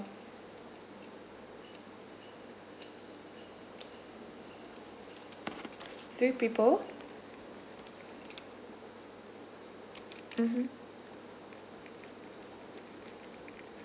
three people mmhmm